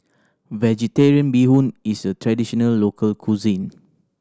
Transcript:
Vegetarian Bee Hoon is a traditional local cuisine